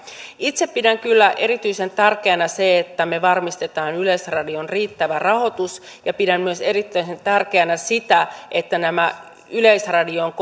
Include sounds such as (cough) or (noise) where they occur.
itse pidän kyllä erityisen tärkeänä sitä että me varmistamme yleisradion riittävän rahoituksen ja pidän myös erittäin tärkeänä sitä että nämä yleisradioon (unintelligible)